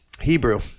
Hebrew